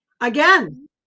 again